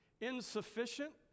insufficient